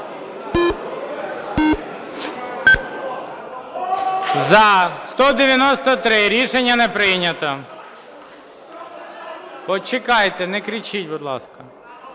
За-193 Рішення не прийнято. Почекайте не кричіть, будь ласка.